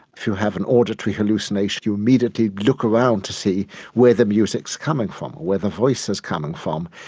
if you have an auditory hallucination you immediately look around to see where the music is coming from, or where the voice is coming from,